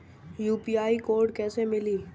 UPI code कैसे मिली?